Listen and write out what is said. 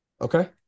Okay